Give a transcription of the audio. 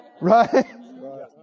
Right